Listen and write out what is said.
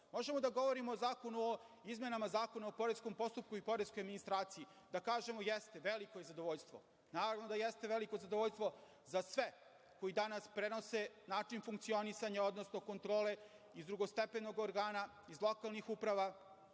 Možemo da govorimo o izmenama Zakona o poreskom postupku i poreskoj administraciji, da kažemo – jeste, veliko je zadovoljstvo. Naravno da jeste veliko zadovoljstvo za sve koji danas prenose način funkcionisanja, odnosno kontrole iz drugostepenog organa, iz lokalnih uprava